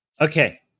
Okay